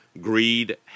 greed